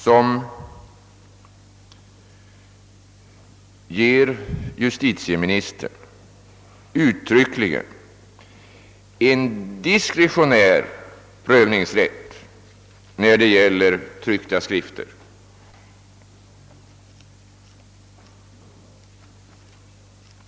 Denna paragraf ger uttryckligen justitieministern en diskretionär prövningsrätt när det gäller tryckta skrifter.